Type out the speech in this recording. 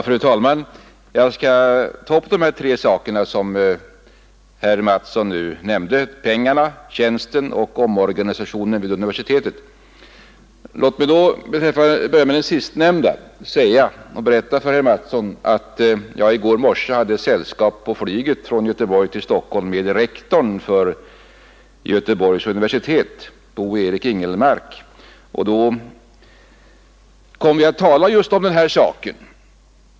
Fru talman! Jag skall ta upp de tre saker som herr Mattsson i Lane-Herrestad nu nämnde, nämligen pengarna, tjänsten och omorganisationen vid universitet. Låt mig då börja med den sist nämnda och berätta för herr Mattsson att jag i går morse hade sällskap på flygplanet från Göteborg till Stockholm med rektorn för Göteborgs universitet, Bo Eric Ingelmark. Vi kom att tala om just denna sak.